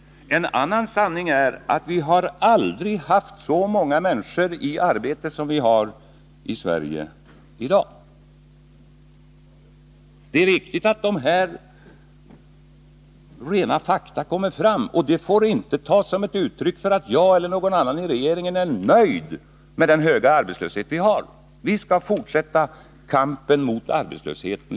En annan sanning är att vi aldrig har haft så många människor i sysselsättning somiår. Det är viktigt att dessa rena fakta kommer fram. Men det får inte tas som ett uttryck för att jag eller någon annan i regeringen är nöjd med den höga arbetslöshet vi har. Vi skall, liksom vi har gjort tills nu, fortsätta kampen mot arbetslösheten.